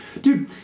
Dude